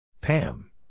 Pam